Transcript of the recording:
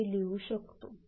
असे लिहू शकतो